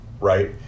right